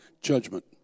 judgment